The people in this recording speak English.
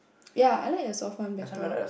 ya I like the soft one better